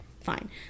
fine